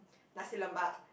nasi-lemak